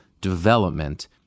development